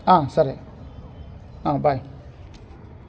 సరే బాయ్